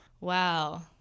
Wow